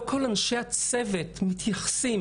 לא כל אנשי הצוות מתייחסים.